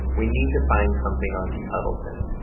we need to find something on dee huddleston.